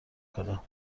کنم